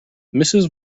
mrs